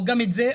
או גם את זה,